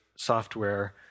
software